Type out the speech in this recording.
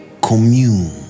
commune